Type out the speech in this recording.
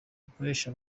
ikoresha